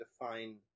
define